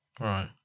Right